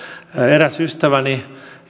eräs ystäväni